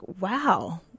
wow